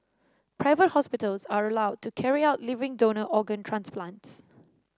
private hospitals are allowed to carry out living donor organ transplants